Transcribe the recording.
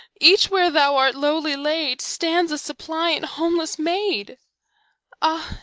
each, where thou art lowly laid, stands, a suppliant, homeless made ah,